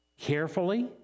carefully